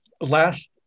Last